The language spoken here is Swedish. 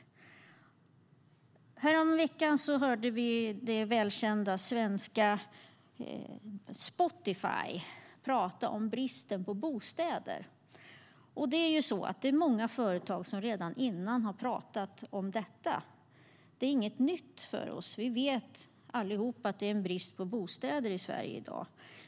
Häromveckan hörde vi det välkända svenska företaget Spotify tala om bristen på bostäder. Det är många företag som har talat om detta redan tidigare. Det är inget nytt för oss; vi vet allihop att det är brist på bostäder i Sverige i dag.